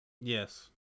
Yes